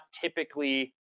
typically